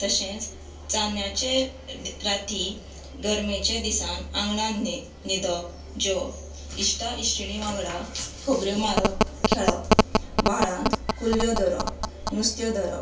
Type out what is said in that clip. तशेंच चान्न्याचे राती गर्मेचे दिसान आंगणान न्हीद न्हिदप जेवप इश्टा इश्टिणी वांगडा खबऱ्यो मारप खेळप व्हाळांत कुल्ल्यो धरप नुस्ते धरप